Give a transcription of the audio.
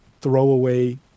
throwaway